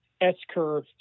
S-curve